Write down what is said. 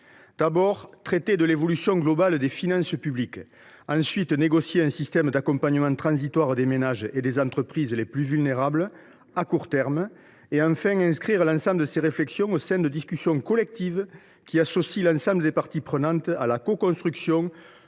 d’abord, traiter de l’évolution globale des finances publiques ; ensuite, négocier un système d’accompagnement transitoire des ménages et des entreprises les plus vulnérables à court terme ; enfin, inscrire l’ensemble de ces réflexions au sein de discussions collectives qui associent l’ensemble des parties prenantes à la coconstruction